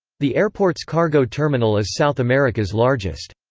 the airport's cargo terminal is south america's largest.